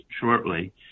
shortly